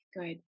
Good